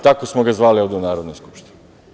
Tako smo ga zvali ovde u Narodnoj skupštini.